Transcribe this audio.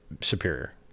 superior